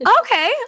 Okay